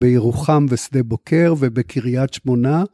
‫בירוחם ושדה בוקר ובקרית שמונה.